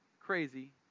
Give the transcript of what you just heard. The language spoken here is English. crazy